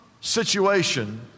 situation